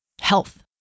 health